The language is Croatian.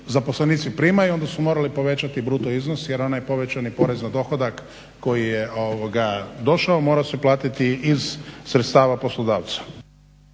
zaposlenici primaju onda su morali povećati bruto iznos, jer onaj povećani porez na dohodak koji je došao morao se platiti iz sredstava poslodavca.